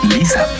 Lisa